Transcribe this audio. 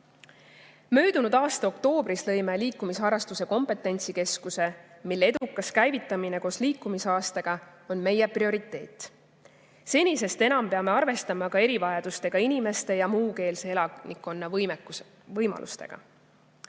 Möödunud aasta oktoobris lõime liikumisharrastuse kompetentsikeskuse, mille edukas käivitamine koos liikumisaastaga on meie prioriteet. Senisest enam peame arvestama ka erivajadustega inimeste ja muukeelse elanikkonna võimalustega.